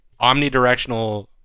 omnidirectional